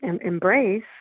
embrace